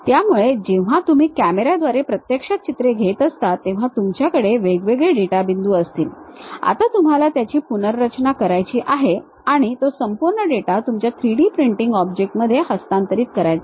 त्यामुळे जेव्हा तुम्ही कॅमेर्याद्वारे प्रत्यक्षात चित्रे घेत असता तेव्हा तुमच्याकडे वेगवेगळे डेटा बिंदू असतील आता तुम्हाला त्याची पुनर्रचना करायची आहे आणि तो संपूर्ण डेटा तुमच्या 3D प्रिंटिंग ऑब्जेक्टमध्ये हस्तांतरित करायचा आहे